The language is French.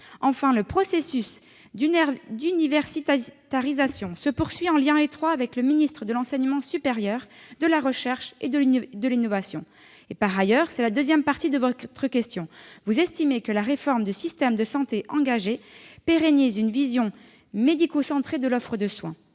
Enfin, le processus d'universitarisation se poursuit en lien étroit avec le ministère de l'enseignement supérieur, de la recherche et de l'innovation. Par ailleurs, et c'est la seconde partie de votre question, vous estimez que la réforme du système de santé engagée pérennise une vision médico-centrée de l'offre de soins.